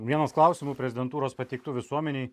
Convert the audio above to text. vienas klausimų prezidentūros pateiktų visuomenei